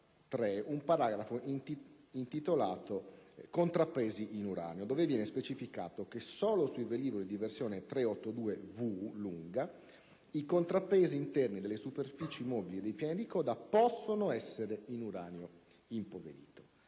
un paragrafo intitolato "Contrappesi in uranio'', dove viene specificato che solo sui velivoli di versione 382V (versione lunga) i contrappesi interni delle superfici mobili dei piani di coda possono essere in uranio impoverito.